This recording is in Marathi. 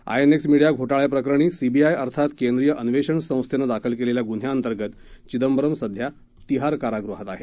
आय एन एक्स मिडीया घोटाळ्याप्रकरणी सीबीआय अर्थात केंद्रीय अन्वेषण संस्थेनं दाखल केलेल्या गुन्ह्या अंतर्गत चिदंबरम सध्या तिहार कारागृहात आहेत